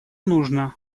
нужно